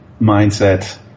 mindset